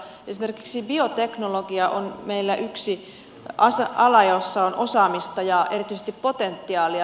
esimerkiksi bioteknologia on meillä yksi ala jolla on osaamista ja erityisesti potentiaalia